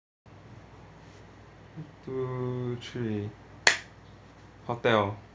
two three hotel